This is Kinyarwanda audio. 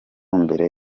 mbere